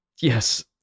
Yes